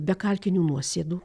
be kalkinių nuosėdų